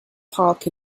park